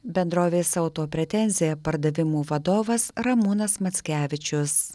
bendrovės auto pretenzija pardavimų vadovas ramūnas mackevičius